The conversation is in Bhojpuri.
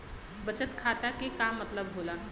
बचत खाता के का मतलब होला?